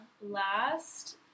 last